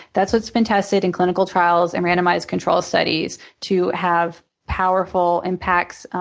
that's what's been tested in clinical trials and randomized control studies to have powerful impacts,